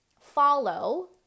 follow